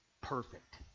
perfect